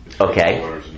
Okay